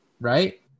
right